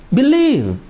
believe